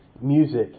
music